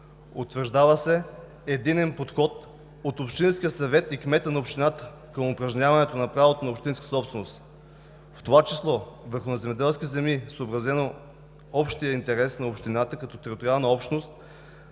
Утвърждава се единен подход от общинския съвет и кмета на общината към упражняването на правото на общинската собственост, в това число върху земеделски земи, съобразено с общия интерес на общината като териториална общност.